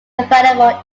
available